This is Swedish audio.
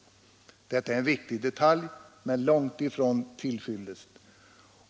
Detta är en viktig detalj, men långt ifrån till fyllest.